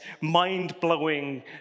mind-blowing